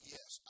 Yes